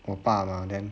我爸 mah then